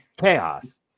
Chaos